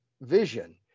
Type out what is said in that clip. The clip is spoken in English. vision